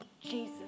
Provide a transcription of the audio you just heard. Jesus